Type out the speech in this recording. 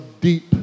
deep